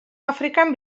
afrikan